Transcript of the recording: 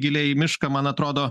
giliai į mišką man atrodo